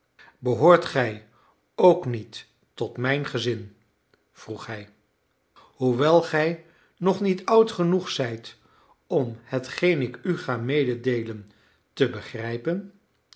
behoort gij ook niet tot mijn gezin vroeg hij hoewel gij nog niet oud genoeg zijt om hetgeen ik u ga mededeelen te begrijpen